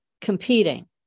competing